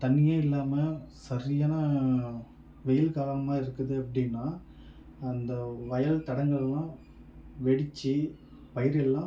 தண்ணியே இல்லாமல் சரியான வெயில் காலமாக இருக்குது அப்படின்னா அந்த வயல் தடங்கள்லாம் வெடித்து பயிர்கள்லாம்